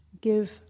give